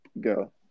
Go